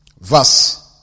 Verse